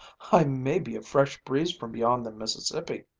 i may be a fresh breeze from beyond the mississippi,